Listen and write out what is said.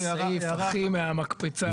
זה הסעיף הכי מהמקפצה.